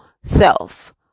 self